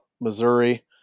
Missouri